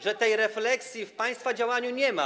że tej refleksji w państwa działaniu nie ma.